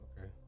Okay